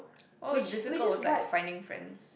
orh is difficult was like finding friends